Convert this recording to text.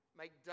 make